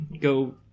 go